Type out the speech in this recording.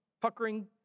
puckering